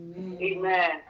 Amen